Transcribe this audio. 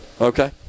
okay